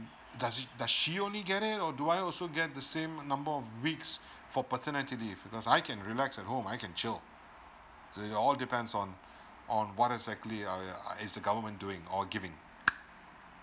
does it does she only get it or do I also get the same number of weeks for paternity leave because I can relax at home I can chill it'll all depends on on what exactly uh is the government doing or giving